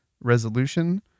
resolution